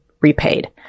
repaid